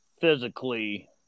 physically